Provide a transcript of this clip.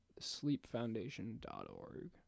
sleepfoundation.org